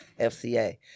FCA